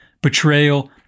Betrayal